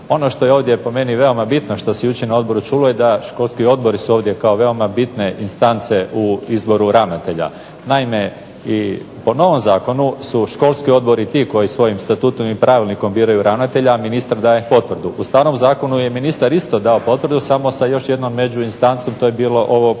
Ono što je ovdje po meni veoma bitno, što se jučer na odboru čulo je da školski odbori su ovdje kao veoma bitne instance u izboru ravnatelja. Naime, i po novom zakonu su školski odbori ti koji svojim statutom i pravilnikom biraju ravnatelja, a ministar daje potvrdu. U starom zakonu je ministar isto dao potvrdu, samo sa još jednom međuinstancom, to je bilo ovo